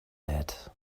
that